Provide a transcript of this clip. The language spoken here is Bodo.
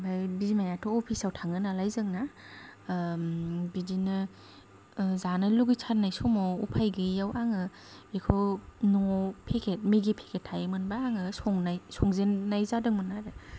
ओमफाय बिमायाथ' अ'फिसआव थाङोनालाय जोंना बिदिनो जानो लुगैथारनाय समाव उफाय गोयैआव आङो बेखौ न'आव फेकेट मेगि फेकेट थायोमोनबा आङो संनाय संजेननाय जादोंमोन आरो